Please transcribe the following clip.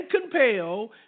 compel